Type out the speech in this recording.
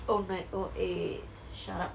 oh my god eh shut up lah